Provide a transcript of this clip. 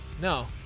No